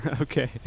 Okay